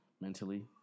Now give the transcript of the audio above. mentally